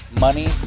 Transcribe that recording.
money